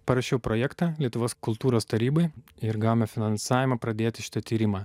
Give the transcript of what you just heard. parašiau projektą lietuvos kultūros tarybai ir gavome finansavimą pradėti šitą tyrimą